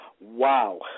wow